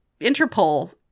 Interpol